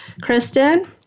Kristen